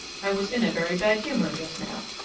i was in a very bad humor just now.